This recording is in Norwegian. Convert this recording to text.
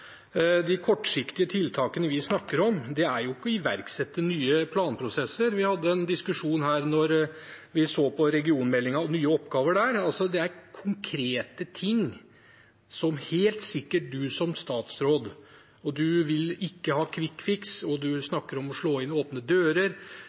De kortsiktige tiltakene vi snakker om, er ikke å iverksette nye planprosesser. Vi hadde en diskusjon her da vi så på regionmeldingen og nye oppgaver der. Det er altså konkrete ting som helt sikkert du som statsråd – du vil ikke ha kvikkfiks, og du